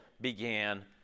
began